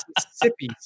Mississippi